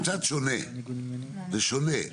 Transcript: זה קצת שונה, זה שונה.